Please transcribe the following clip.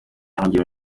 yahungiye